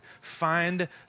Find